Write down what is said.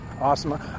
Awesome